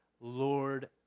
Lord